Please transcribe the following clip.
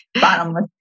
bottomless